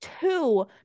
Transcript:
Two